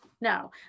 no